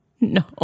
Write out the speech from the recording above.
No